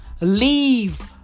Leave